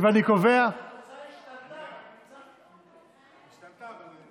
ואני קובע, התוצאה השתנתה, רק ניצחתם.